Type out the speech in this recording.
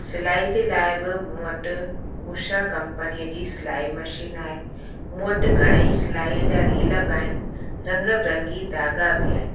सिलाईअ जे लाइ बि मूं वटि उषा कंपनीअ जी सिलाई मशीन आहे मूं वटि घणेई सिलाईअ जा रील बि आहिनि रंग बिरंगी धाॻा बि आहिनि